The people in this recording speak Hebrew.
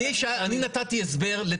אני נתתי הסבר.